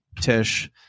Tish